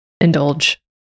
indulge